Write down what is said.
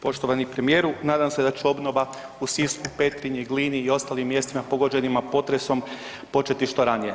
Poštovani premijeru, nadam se da će obnova u Sisku, Petrinji i Glini i ostalim mjestima pogođenima potresom početi što ranije.